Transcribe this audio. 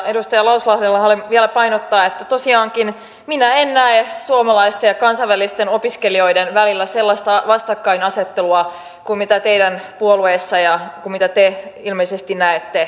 edustaja lauslahdelle haluan vielä painottaa että tosiaankaan minä en näe suomalaisten ja kansainvälisten opiskelijoiden välillä sellaista vastakkainasettelua kuin teidän puolueessa ja kuin te ilmeisesti näette